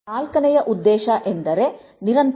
ನಾಲ್ಕನೆಯ ಉದ್ದೇಶ ಎಂದರೆ ಮಾಡ್ಯುಲರ್ ನಿರಂತರತೆ